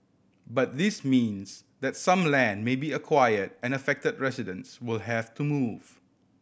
but this means that some land may be acquire and affect residents will have to move